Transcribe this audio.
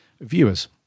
viewers